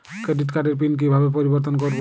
Credit কার্ডের pin কিভাবে পরিবর্তন করবো?